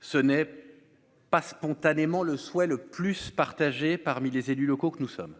ce n'est pas spontanément le souhait le plus partagé parmi les élus locaux que nous sommes.